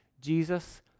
Jesus